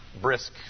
brisk